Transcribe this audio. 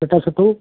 बेटा सत्तू